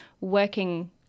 working